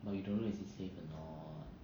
but you don't know if it's the same or not